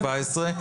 17,